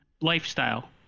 lifestyle